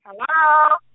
Hello